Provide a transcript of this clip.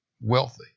wealthy